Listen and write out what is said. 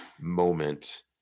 moment